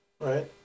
right